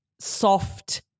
soft